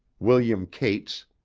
william cates,